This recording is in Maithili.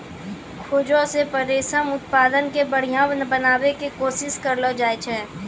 खोजो से रेशम उत्पादन के बढ़िया बनाबै के कोशिश करलो जाय छै